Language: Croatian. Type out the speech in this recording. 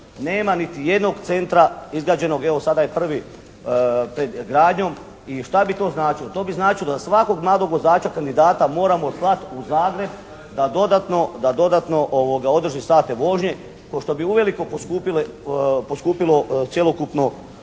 nema niti jednog centra izgrađenog, evo sada je prvi pred gradnjom i šta bi to značilo? To bi značilo da svakog mladog vozača kandidata moramo slati u Zagreb da dodatno održi sate vožnje kao što bi uveliko poskupilo cjelokupno